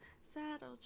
Saddle